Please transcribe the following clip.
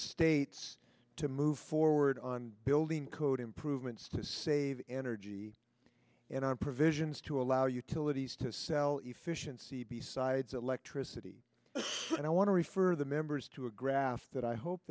states to move forward on building code improvements to save energy and on provisions to allow you to let these to sell efficiency besides electricity and i want to refer the members to a graph that i hope